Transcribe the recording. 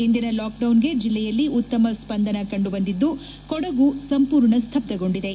ಇಂದಿನ ಲಾಕ್ ಡೌನ್ಗೆ ಜಿಲ್ಲೆಯಲ್ಲಿ ಉತ್ತಮ ಸ್ವಂದನ ಕಂಡುಬಂದಿದ್ದು ಕೊಡಗು ಸಂಪೂರ್ಣ ಸ್ಥಬ್ತಗೊಂಡಿದೆ